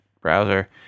browser